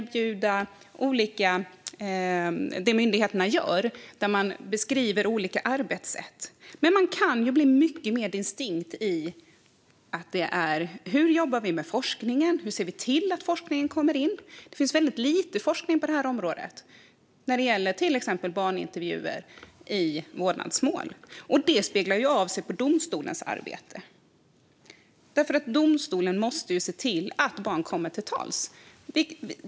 Myndigheterna kan beskriva olika arbetssätt, men man kan bli mycket mer distinkt i att titta på vad forskningen gör. Det finns väldigt lite forskning om till exempel barnintervjuer i vårdnadsmål. Det speglas i domstolens arbete. Domstolen måste ju se till att barn kommer till tals.